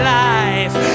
life